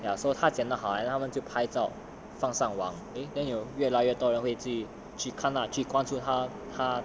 ya so 他剪的好他们就拍照放上网 then 越来越多人会去去看 lah 去关顾